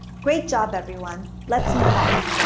great job, everyone. let's move on.